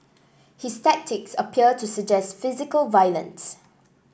his tactics appear to suggest physical violence